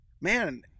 man